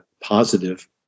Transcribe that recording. positive